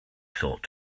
thought